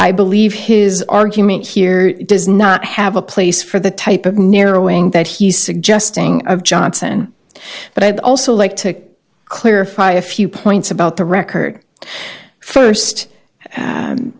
i believe his argument here does not have a place for the type of narrowing that he's suggesting of johnson but i'd also like to clarify a few points about the record first